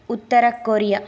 Uttara Korea